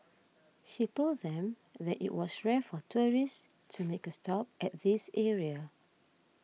he told them that it was rare for tourists to make a stop at this area